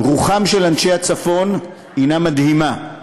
רוחם של אנשי הצפון היא מדהימה,